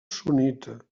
sunnita